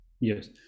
Yes